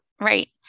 Right